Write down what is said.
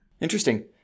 Interesting